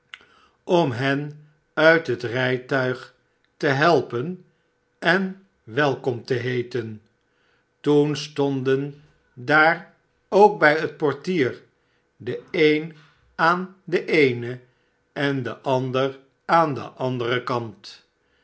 om hen uit het rijtuig te helpenen welkom te heeten toen stonden daar k bij het portier de een aan den eenen de ander aan den anderen kant